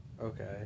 Okay